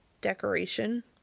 decoration